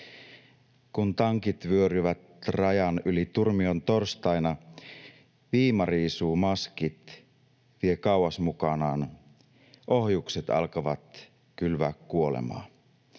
Kun tankit vyöryvät rajan yli turmion torstaina, viima riisuu maskit, vie kauas mukanaan. Ohjukset alkavat kylvää kuolemaa.